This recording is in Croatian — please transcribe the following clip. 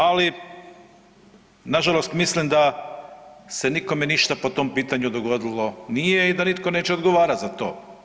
Ali na žalost mislim da se nikome ništa po tom pitanju dogodilo nije i da nitko neće odgovarati za to.